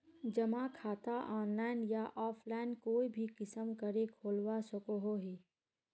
जमा खाता ऑनलाइन या ऑफलाइन कोई भी किसम करे खोलवा सकोहो ही?